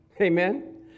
Amen